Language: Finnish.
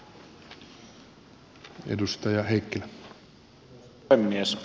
arvoisa puhemies